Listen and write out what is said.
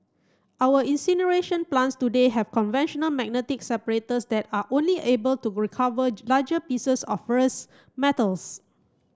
our incineration plants today have conventional magnetic separators that are only able to recover larger pieces of ferrous metals